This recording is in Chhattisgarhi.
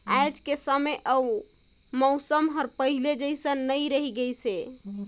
आयज के समे अउ मउसम हर पहिले जइसन नइ रही गइस हे